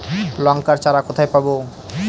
লঙ্কার চারা কোথায় পাবো?